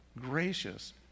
gracious